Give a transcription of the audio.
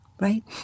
right